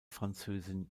französin